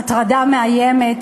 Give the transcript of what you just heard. הטרדה מאיימת.